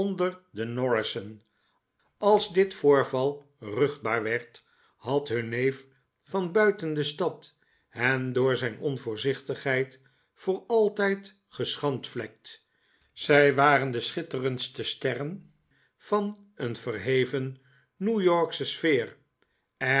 de norrissen als dit voorval ruchtbaar werd had hun neef van buiten de stad hen door zijn onvoorzichtigheid voor altijd geschandvlekt zij waren de schitterendste sterren van een verheven new yorksche sfeer